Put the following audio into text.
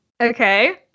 okay